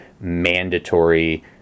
mandatory